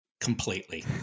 Completely